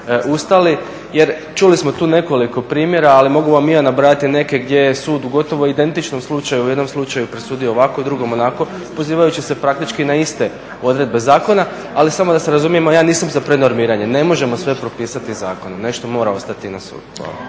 ustali jer čuli smo tu nekoliko primjera ali mogu vam i ja nabrajati neke gdje je sud u gotovo identičnom slučaju u jednom slučaju presudio ovako u drugom onako pozivajući se praktički na iste odredbe zakona. Ali samo da se razumijemo ja nisam za prenormiranje. Ne možemo sve propisati zakonom nešto mora ostati i na sudu.